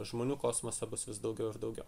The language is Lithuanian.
žmonių kosmose bus vis daugiau ir daugiau